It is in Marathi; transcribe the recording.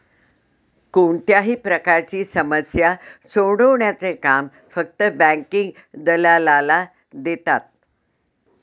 कोणत्याही प्रकारची समस्या सोडवण्याचे काम फक्त बँकिंग दलालाला देतात